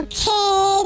Okay